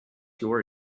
your